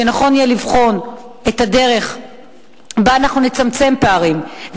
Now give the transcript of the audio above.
שנכון יהיה לבחון את הדרך שבה אנחנו נצמצם פערים,